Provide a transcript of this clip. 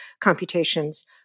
computations